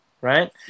right